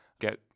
get